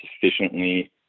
sufficiently